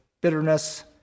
bitterness